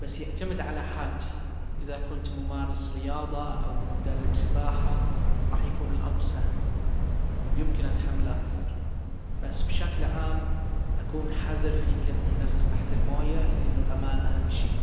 بس يعتمد على حالتي اذا كنت بمارس رياضة او مدرب سباحة راح يكون الامر سهل يمكن اتحمل اكثر بس بشكل عام اكون حذر في كتم النفس تحت الموية لانه الامان اهم شي